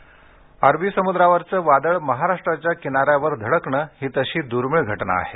वादळ इतिहास केळकर अरबी समुद्रावरचं वादळ महाराष्ट्राच्या किनाऱ्यावर धडकणं ही तशी दुर्मीळ घटना आहे